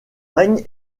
règne